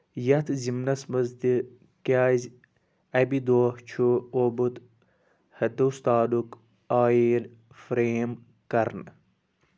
یَتھ زِمنس منٛز تہِ کیازِ اَبہِ دۄہ چھُ آمُت ہِندوستانُک آیٖن فریم کرنہٕ